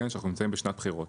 שאנחנו נמצאים בשנת בחירות.